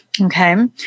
Okay